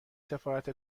سفارت